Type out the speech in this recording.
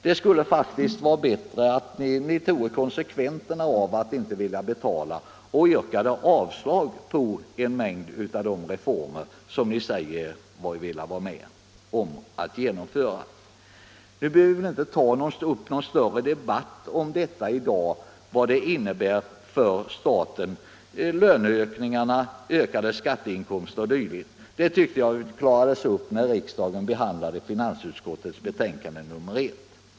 Det skulle faktiskt vara bättre att ni tog konsekvenserna av att inte vilja betala och yrkade avslag på en mängd av de reformer som ni säger er vilja vara med om att genomföra. Nu behöver vi inte i dag ta upp någon större debatt om vad detta med löneökningar, ökade skatteinkomster osv. betyder för staten. Det tycker jag klarades upp när riksdagen behandlade finansutskottets betänkande nr 1.